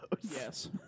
Yes